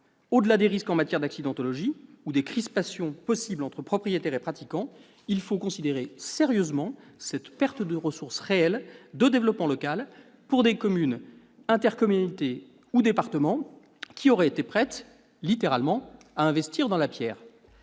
Au-delà des risques en matière d'accidentologie, ou des crispations possibles entre propriétaires et pratiquants, il faut considérer sérieusement cette perte de ressource réelle de développement local pour des communes, intercommunalités ou départements qui auraient été prêts, littéralement, à « investir dans la pierre